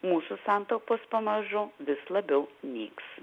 mūsų santaupos pamažu vis labiau nyks